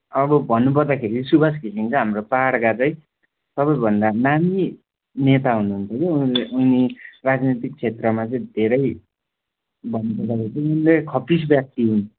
अब भन्नु पर्दाखेरि सुवास घिसिङ चाहिँ हाम्रो पाहाडका चाहिँ सबैभन्दा नामी नेता हुनुहुन्थ्यो के उनले उनी राजनीतिक क्षेत्रमा चाहिँ धेरै भन्नु पर्दाखेरि चाहिँ उनले खप्पिस व्यक्ति हुन्